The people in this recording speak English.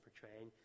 portraying